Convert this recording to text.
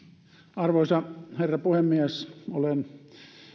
arvoisa herra puhemies olen